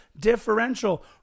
differential